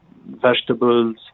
vegetables